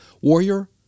warrior